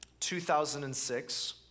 2006